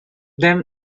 them